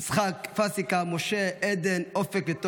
יצחק, פסיקה, משה, עדן, אופק, וטוהר.